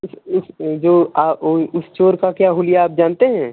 उस उस जो उस चोर का क्या हूलिया आप जानते हैं